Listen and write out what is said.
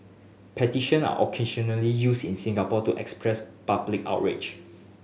petition are occasionally used in Singapore to express public outrage